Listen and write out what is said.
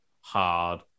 hard